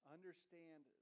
Understand